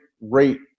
rate